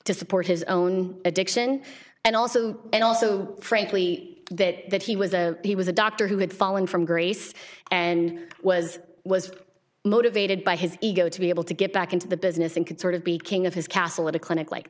to support his own addiction and also and also frankly that he was a he was a doctor who had fallen from grace and was was motivated by his ego to be able to get back into the business and could sort of be king of his castle at a clinic like